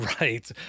Right